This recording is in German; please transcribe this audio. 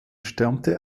stammte